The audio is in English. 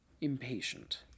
impatient